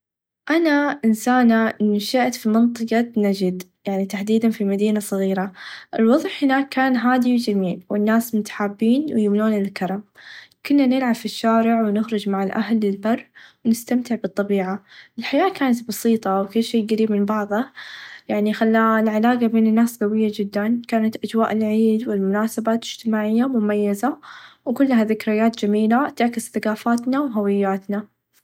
انا انسانه نشأت في منطقه نچد يعني تحديدا في مدينه صغيره الوظع هناك كان هادي و چميل و الناس متحابين و يملون الكرم كنا نلعب في الشارع و نخرچ مع الاهل للبر نستمتع بالطبيعه الحياه كانت بسيطه و في شئ قريب من بعظه يعني خلا العلاقه بين الناس قويه چدا كانت أچواء العيد و المناسبات إچتماعيه مميزه و كلها ذكريات چميله تعكس ثقافتها و هوياتنا.